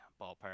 ballpark